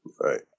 Right